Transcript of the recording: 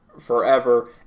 forever